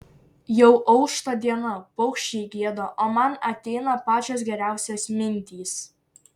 jau aušta diena paukščiai gieda o man ateina pačios geriausios mintys